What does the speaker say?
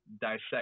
dissect